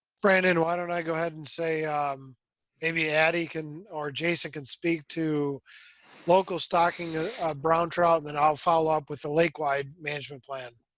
brandon, why don't i go ahead and say um maybe addie can or jason can speak to local stocking of brown trout and then i'll follow up with the lake wide management plan.